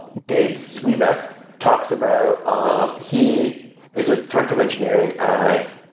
dave zwieback talks about ah he is a director of engineering at,